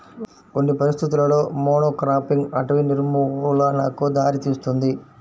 కొన్ని పరిస్థితులలో మోనోక్రాపింగ్ అటవీ నిర్మూలనకు దారితీస్తుంది